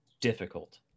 difficult